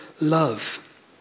love